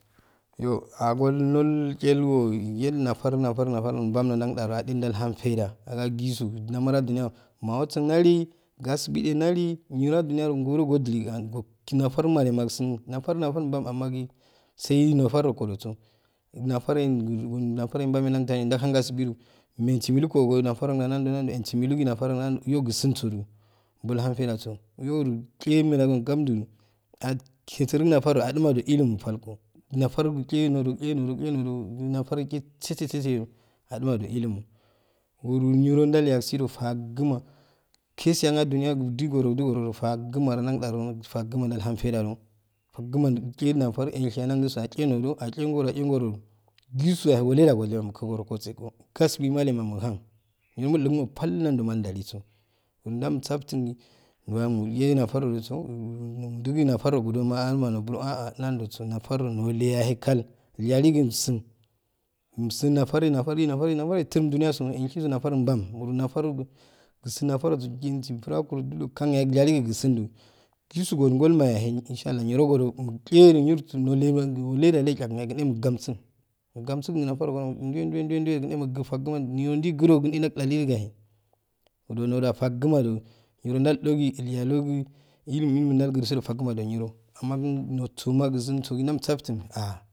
ivo agol nul chelwo yennara nafaraba nafarbamnujaduju dgilahafaita akanjiso namer no juniya mawasu nali gasebeye nali yiroajuniy agoro gojili ko anko chinatarmalema sun nafar nafar ban ammaki sai nafa koso nafara jahan gasibiju mesi melukunki nafaranga nanjo nanjo insimelunanjo yogtsus ju bulhan faijaso yoju che meqamju agetisunafar juma ilumu talko nafarke nojo keno jo keno jonafar seseseu ajamaju ilimu wuru yiro jalyasido fagma nanjadu fagma jalhan faijatu fagma chenatar ishyandan junjaso chenen jo acheqoro ju achegoroju jisuyaye waleyaye mukise goro ggojeko gasite mellema muhan niro muldum kowo baklmnd u waliso uro janisartun gi jonmule natar liso mudu goye natar nukuje ama nuburo un nanjoso nafar nule yayekal yaliki um san umsun natare natare natare nafera bam uro nafar cso ishinso nafere bam uro nafara cso shensi furakuro julo kanyaye uyali je sonju cheso uduko layeya ye inshallah yirokojo mucheyirosun yile ja jashayaye kinhe mukamsu mukamsukihi nafar ango juwe juwe juwe kmamogh fagma iro jikra kinye jaulali gaye ure nando ju fagmadu yirodaldoju elwakgo fagma junyiro amma nirsoma unsu soju jomsaftun